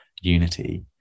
unity